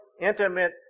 intimate